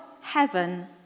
heaven